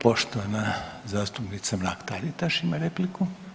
Poštovana zastupnica Mrak-Taritaš ima repliku.